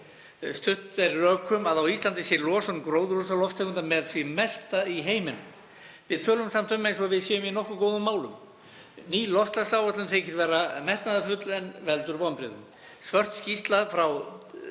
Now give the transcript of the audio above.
stutt er rökum að á Íslandi sé losun gróðurhúsalofttegunda með því mesta í heiminum. Við tölum samt um það eins og við séum í nokkuð góðum málum. Ný loftslagsáætlun þykir metnaðarfull en veldur vonbrigðum. Svört skýrsla,